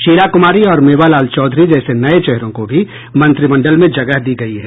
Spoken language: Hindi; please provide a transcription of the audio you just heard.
शीला कुमारी और मेवालाल चौधरी जैसे नये चेहरों को भी मंत्रिमंडल में जगह दी गयी है